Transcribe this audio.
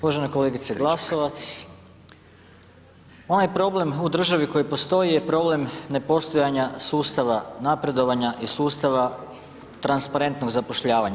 Uvažena kolegice Glasovac, ovaj problem u državi koji postoji je problem nepostojanja sustava napredovanja i sustava transparentnog zapošljavanja.